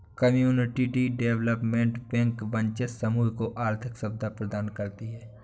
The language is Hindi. कम्युनिटी डेवलपमेंट बैंक वंचित समूह को आर्थिक सुविधा प्रदान करती है